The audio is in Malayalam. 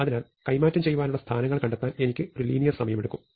അതിനാൽ കൈമാറ്റം ചെയ്യാനുള്ള സ്ഥാനങ്ങൾ കണ്ടെത്താൻ എനിക്ക് ഒരു ലീനിയർ സമയം എടുക്കും